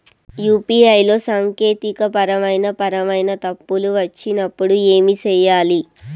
UPI లో సాంకేతికపరమైన పరమైన తప్పులు వచ్చినప్పుడు ఏమి సేయాలి